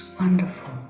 wonderful